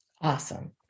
Awesome